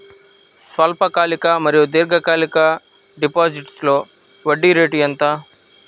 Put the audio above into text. స్వల్పకాలిక మరియు దీర్ఘకాలిక డిపోజిట్స్లో వడ్డీ రేటు ఎంత?